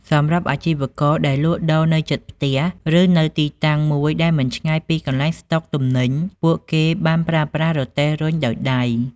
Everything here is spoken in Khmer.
សម្រាប់អាជីវករដែលលក់ដូរនៅជិតផ្ទះ ឬនៅទីតាំងមួយដែលមិនឆ្ងាយពីកន្លែងស្តុកទំនិញ ពួកគេបានប្រើប្រាស់រទេះរុញដោយដៃ។